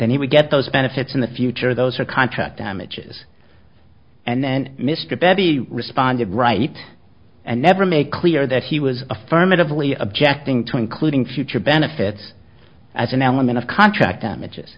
then he would get those benefits in the future those are contract damages and mr bebee responded right and never make clear that he was affirmatively objecting to including future benefits as an element of contract damages